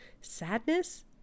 Sadness